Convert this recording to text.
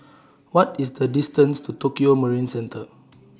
What IS The distance to Tokio Marine Centre